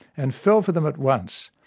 and fell for them at once.